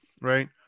Right